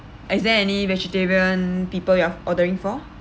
is there any vegetarian people you're ordering for